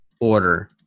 order